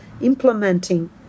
implementing